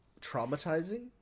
traumatizing